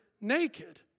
naked